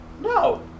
No